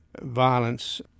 violence